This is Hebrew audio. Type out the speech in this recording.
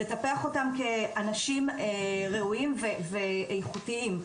לטפח אותם כאנשים ראויים ואיכותיים,